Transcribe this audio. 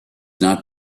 not